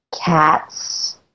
cats